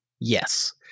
Yes